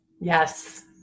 Yes